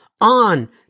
on